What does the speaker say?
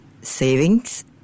savings